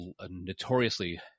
notoriously